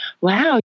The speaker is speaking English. Wow